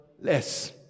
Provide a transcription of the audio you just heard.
less